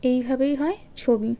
এইভাবেই হয় ছবি